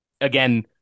again